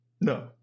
no